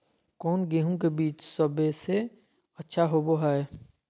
कौन गेंहू के बीज सबेसे अच्छा होबो हाय?